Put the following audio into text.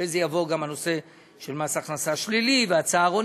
אחרי זה יבוא גם הנושא של מס הכנסה שלילי והצהרונים,